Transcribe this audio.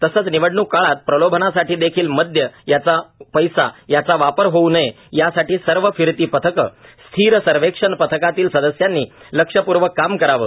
तसेच निवडणूक काळात प्रलोभनासाठी पैसा मद्य याचा वापर होवू नये यासाठी सर्व फिरती पथके स्थिर सर्वेक्षण पथकातील सदस्यांनी लक्षपूर्वक काम करावे